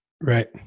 Right